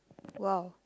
!wow!